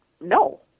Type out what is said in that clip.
no